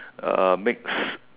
uh makes